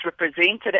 represented